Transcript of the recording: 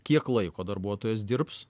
kiek laiko darbuotojas dirbs